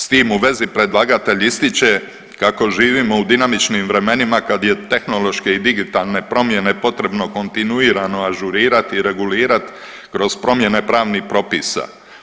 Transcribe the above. S tim u vezi predlagatelj ističe kako živimo u dinamičnim vremenima kad je tehnološke i digitalne promjene potrebno kontinuirano ažurirati i regulirati kroz promjene pravnih propisa.